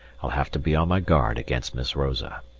i'll have to be on my guard against miss rosa.